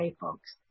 folks